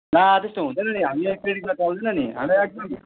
ला त्यस्तो हुँदैन नि हामीलाई त क्रेडिटमा चल्दैन नि हामीलाई एकदम